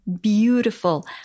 beautiful